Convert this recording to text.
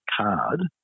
card